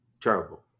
terrible